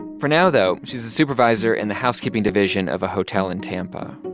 for now, though, she's a supervisor in the housekeeping division of a hotel in tampa.